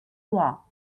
wall